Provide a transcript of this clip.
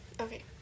Okay